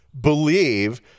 believe